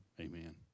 Amen